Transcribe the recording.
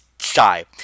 shy